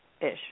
ish